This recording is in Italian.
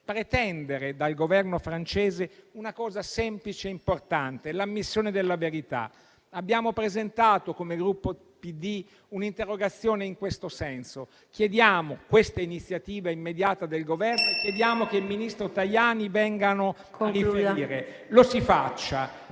pretendere dal Governo francese una cosa semplice e importante: l'ammissione della verità. Abbiamo presentato come Gruppo PD un'interrogazione in questo senso. Chiediamo questa iniziativa immediata del Governo e chiediamo che il ministro Tajani venga a riferire. PRESIDENTE.